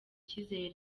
icyizere